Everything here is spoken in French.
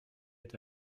est